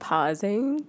Pausing